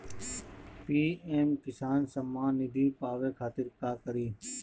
PM Kisan Samman Nidhi पावे खातिर का करी?